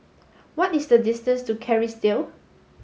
what is the distance to Kerrisdale